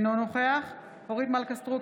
אינו נוכח אורית מלכה סטרוק,